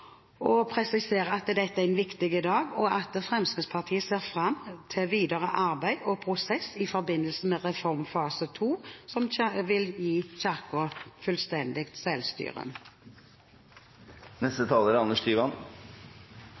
og presiserer at dette er en viktig dag. Fremskrittspartiet ser fram til videre arbeid og prosess i forbindelse med reformfase to, som vil gi Kirken fullstendig selvstyre. Fra denne talerstolen får vi ofte høre at ting er